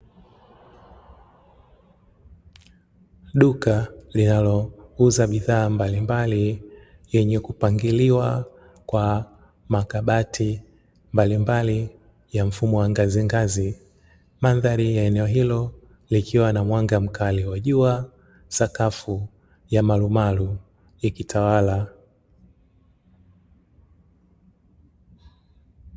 Duka linalouza bidhaa mbalimbali, yenye kupangiliwa kwa makabati mbalimbali, ya mfumo wa ngazingazi mandhari ya eneo hilo likiwa na mwanga mkali wa jua, sakafu ya marumaru ikitawala.